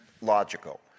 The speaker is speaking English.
logical